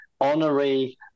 Honorary